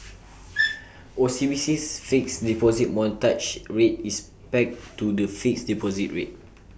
OCBC's fixed deposit mortgage rate is pegged to the fixed deposit rate